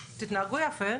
כי ניתן להטיל עיצום כספי בשל